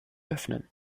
öffnen